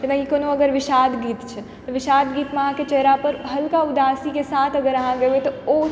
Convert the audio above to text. जेनाही कोनो अगर विषाद गीत छै तऽ विषाद गीतमे अहाँकेँ चेहरा पर हल्का उदासीके साथ अगर अहाँ गेबै तऽ